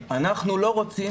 אנחנו לא רוצים